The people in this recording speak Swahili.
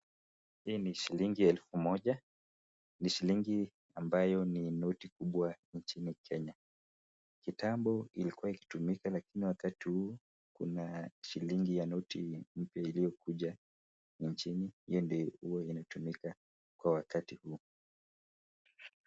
Hii ni shilingi ya elfu moja, ni shilingi ambayo ni noti kubwa nchini Kenya. Kitambo ilkua ikitumika lakini wakati huu kuna shilingi ya noti mpya iliokuja nchini hio ndio inatumika kwa wakati huu.